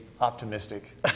optimistic